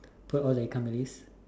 pour all the ikan bilis